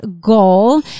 goal